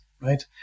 right